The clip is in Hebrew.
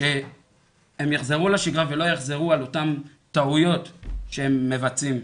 שהם יחזרו לשגרה ולא יחזרו על אותן טעויות שהם מבצעים,